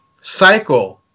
cycle